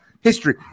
history